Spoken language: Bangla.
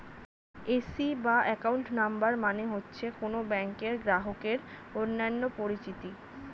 এ.সি বা অ্যাকাউন্ট নাম্বার মানে হচ্ছে কোন ব্যাংকের গ্রাহকের অন্যান্য পরিচিতি